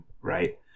right